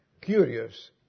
curious